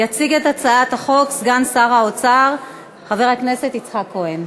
יציג את הצעת החוק סגן שר האוצר חבר הכנסת יצחק כהן.